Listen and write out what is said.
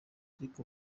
ariko